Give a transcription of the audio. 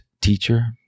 teacher